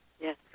Yes